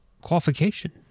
qualification